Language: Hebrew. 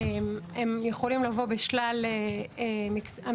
הם יכולים לבוא בשלל המקטעים.